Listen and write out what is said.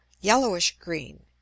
Yellowish-green